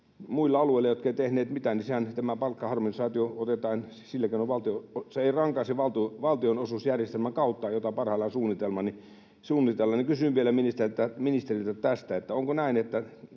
Muilla alueilla, jotka eivät tehneet mitään, tämä palkkaharmonisaatio ei rankaise valtionosuusjärjestelmän kautta, jota parhaillaan suunnitellaan. Kysyn vielä ministeriltä tästä: onko näin, että